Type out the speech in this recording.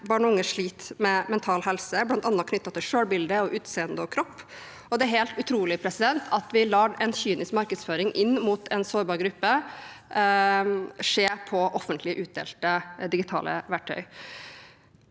barn og unge sliter med mental helse, bl.a. knyttet til selvbilde, utseende og kropp. Det er helt utrolig at vi lar kynisk markedsføring mot en sårbar gruppe skje på offentlig utdelte digitale verktøy.